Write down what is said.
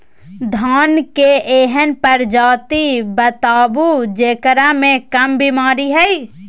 धान के एहन प्रजाति बताबू जेकरा मे कम बीमारी हैय?